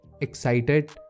excited